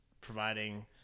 providing